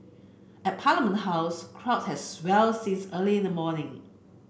at Parliament House crowds had swelled since early in the morning